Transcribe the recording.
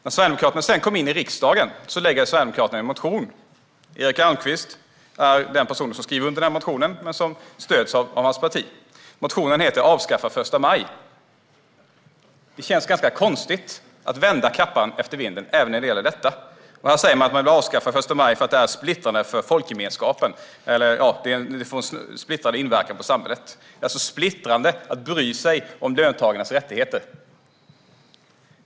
När Sverigedemokraterna sedan kom in i riksdagen väckte de en motion. Erik Almqvist var den person som skrev under motionen, som stöddes av hans parti. Motionen heter Avskaffa första maj . Det känns ganska konstigt att vända kappan efter vinden även när det gäller detta. I motionen säger man att man vill avskaffa första maj för att det är splittrande för folkgemenskapen eller har en splittrande inverkan på samhället. Det är alltså splittrande att bry sig om löntagarnas rättigheter.